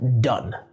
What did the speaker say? Done